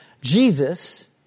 Jesus